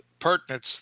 pertinence